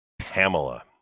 Pamela